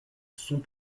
sont